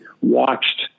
watched